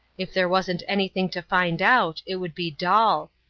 if there wasn't anything to find out, it would be dull.